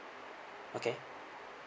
okay